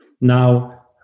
Now